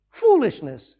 foolishness